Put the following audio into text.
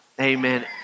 Amen